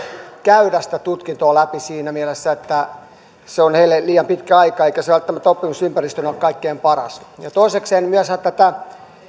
käydä sitä tutkintoa läpi siinä mielessä että se on heille liian pitkä aika eikä se välttämättä oppimisympäristönä ole kaikkein paras toisekseen myöskin tätä